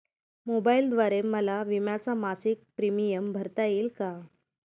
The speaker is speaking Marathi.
मोबाईलद्वारे मला विम्याचा मासिक प्रीमियम भरता येईल का?